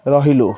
ରହିଲୁ